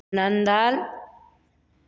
London